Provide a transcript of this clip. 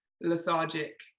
lethargic